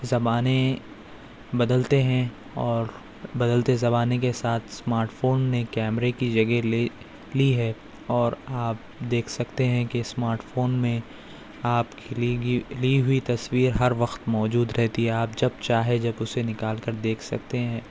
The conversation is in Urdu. زمانے بدلتے ہیں اور بدلتے زمانے کے ساتھ اسمارٹ فون نے کیمرے کی جگہ لے لی ہے اور آپ دیکھ سکتے ہیں کہ اسمارٹ فون میں آپ کی لی گی لی ہوئی تصویر ہر وقت موجود رہتی ہے آپ جب چاہے جب اسے نکال کر دیکھ سکتے ہیں